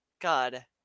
God